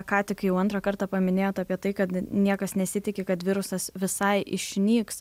ką tik jau antrą kartą paminėjot apie tai kad niekas nesitiki kad virusas visai išnyks